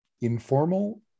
informal